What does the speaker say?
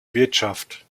wirtschaft